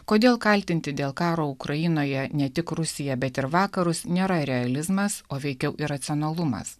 kodėl kaltinti dėl karo ukrainoje ne tik rusiją bet ir vakarus nėra realizmas o veikiau iracionalumas